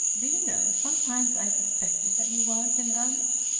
do you know, sometimes i suspected that you weren't in earnest!